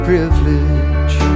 Privilege